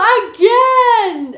again